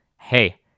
Hey